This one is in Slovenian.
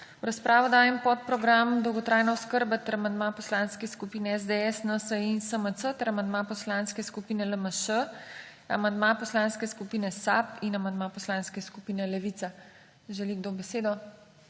V razpravo dajem podprogram Dolgotrajna oskrba ter amandma poslanskih skupin SDS, NSI in SMC ter amandma Poslanske skupine LMŠ, amanda Poslanske skupine SAB in amandma Poslanske skupine Levica. Želi kdo besedo?